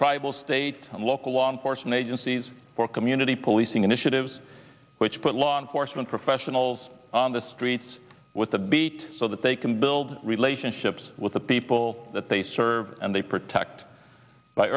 tribal state and local law enforcement agencies for community policing initiatives which put law enforcement professionals on the streets with the beat so that they can build relationships with the people that they serve and they protect by